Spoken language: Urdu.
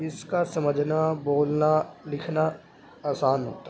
اس کا سمجھنا بولنا لکھنا آسان ہوتا ہے